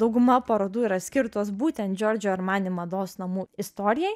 dauguma parodų yra skirtos būtent džiordžio armani mados namų istorijai